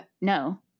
no